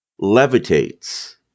levitates